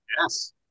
yes